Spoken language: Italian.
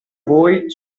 voi